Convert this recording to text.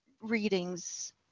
readings